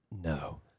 no